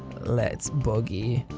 let's boogie?